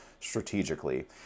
strategically